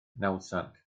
nawddsant